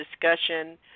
discussion